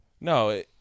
No